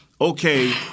Okay